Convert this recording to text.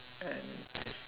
and just